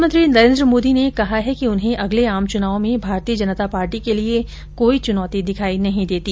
प्रधानमंत्री नरेंद्र मोदी ने कहा है कि उन्हें अगले आम चुनाव में भारतीय जनता पार्टी के लिए कोई चुनौती दिखाई नहीं देती